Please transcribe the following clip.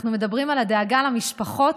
אנחנו מדברים על הדאגה למשפחות